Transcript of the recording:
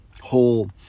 whole